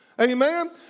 Amen